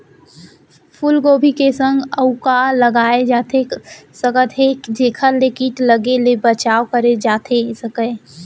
फूलगोभी के संग अऊ का लगाए जाथे सकत हे जेखर ले किट लगे ले बचाव करे जाथे सकय?